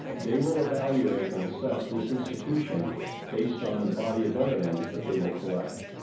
they will evaluate and assess this institution based on the body of evidence that they will collect.